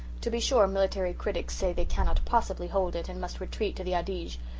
to be sure military critics say they cannot possibly hold it and must retreat to the adige.